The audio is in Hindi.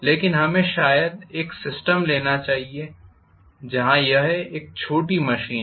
लेकिन हमें शायद एक सिस्टम लेना चाहिए जहां यह है एक छोटी मशीन हो